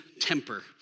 temper